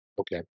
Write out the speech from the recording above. Okay